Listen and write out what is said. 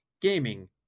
Gaming